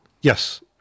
Yes